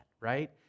right